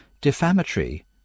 defamatory